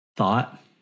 thought